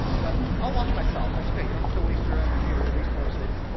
but i'll watch myself. it's okay. you don't have to waste your energy or your resources.